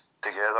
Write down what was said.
together